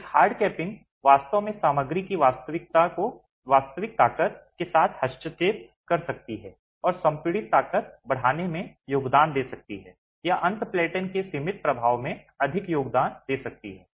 एक hard capping वास्तव में सामग्री की वास्तविक ताकत के साथ हस्तक्षेप कर सकती है और संपीड़ित ताकत बढ़ाने में योगदान दे सकती है या अंत प्लैटन के सीमित प्रभाव में अधिक योगदान दे सकती है